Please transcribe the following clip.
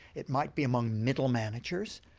it might be among middle managers,